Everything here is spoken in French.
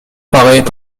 parait